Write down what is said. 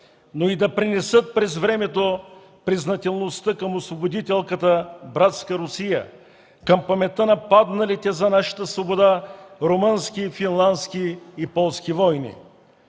но и да пренесат през времето признателността към освободителката братска Русия, към паметта на падналите за нашата свобода румънски, финландски и полски воини.